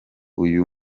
uyu